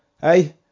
hey